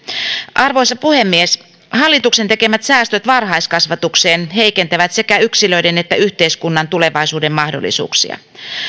arvoisa puhemies hallituksen tekemät säästöt varhaiskasvatukseen heikentävät sekä yksilöiden että yhteiskunnan tulevaisuuden mahdollisuuksia